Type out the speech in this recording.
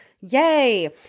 Yay